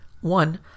One